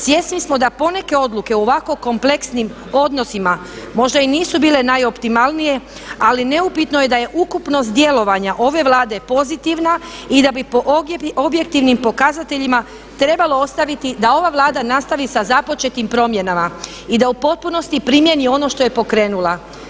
Svjesni smo da poneke odluke u ovako kompleksnim odnosima možda i nisu bile najoptimalnije, ali neupitno je da je ukupnost djelovanja ove Vlade pozitivna i da bi po objektivnim pokazateljima trebalo ostaviti da ova Vlada nastavi sa započetim promjenama i da u potpunosti primijeni ono što je pokrenula.